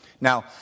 Now